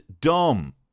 dumb